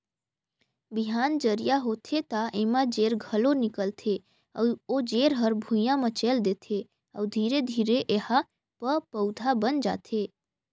बिहान जरिया होथे त एमा जेर घलो निकलथे अउ ओ जेर हर भुइंया म चयेल देथे अउ धीरे धीरे एहा प पउधा बन जाथे